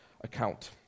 account